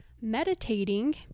meditating